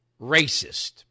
racist